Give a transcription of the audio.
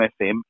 FM